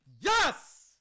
yes